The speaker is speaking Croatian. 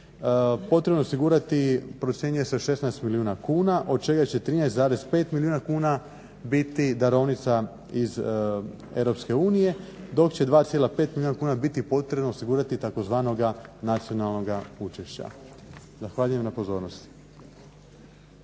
potrebno je osigurati procjenjuje se 16 milijuna kuna, od čega će 13,5 milijuna kuna biti darovnica iz Europske unije, dok će 2,5 milijuna kuna biti potrebno osigurati tzv. nacionalnog učešća. Zahvaljujem na pozornosti.